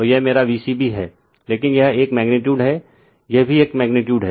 तो यह मेरा V c b है लेकिन यह एक मैग्नीटीयूड है यह भी मैग्नीटीयूड है